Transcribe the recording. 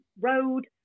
road